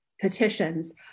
petitions